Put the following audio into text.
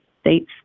states